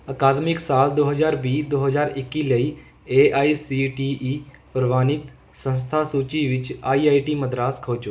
ਅਕਾਦਮਿਕ ਸਾਲ ਦੋ ਹਜ਼ਾਰ ਵੀਹ ਦੋ ਹਜ਼ਾਰ ਇੱਕੀ ਲਈ A I C T E ਪ੍ਰਵਾਨਿਤ ਸੰਸਥਾ ਸੂਚੀ ਵਿੱਚ ਆਈ ਆਈ ਟੀ ਮਦਰਾਸ ਖੋਜੋ